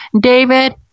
David